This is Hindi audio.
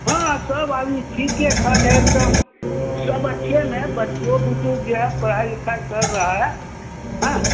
हाँ सब आदमी ठीके ही ठाक है एकदम सब अच्छे हैं बच्चे स्कूल गया पढ़ाई लिखाई कर रहा है हैं